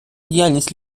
діяльність